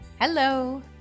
Hello